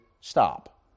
stop